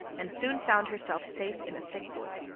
and soon found herself safe in a thick wood.